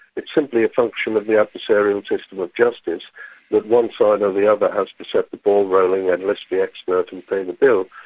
it's simply a function of the adversarial system of justice that one side or the other has to set the ball rolling and list the expert and pay the bill,